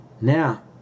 Now